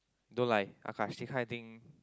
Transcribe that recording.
don't lie Akash these kind of thing